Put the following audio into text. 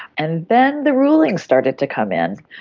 and then the rulings started to come in.